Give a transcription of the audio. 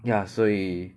ya 所以